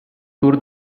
tour